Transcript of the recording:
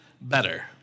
better